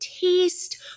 taste